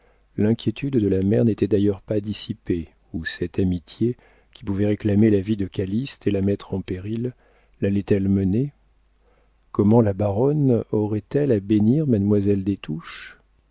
l'inquiétude de la mère n'était d'ailleurs pas dissipée où cette amitié qui pouvait réclamer la vie de calyste et la mettre en péril lallait elle mener comment la baronne aurait-elle à bénir mademoiselle des